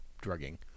drugging